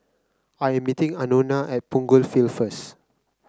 I am meeting Anona at Punggol Field first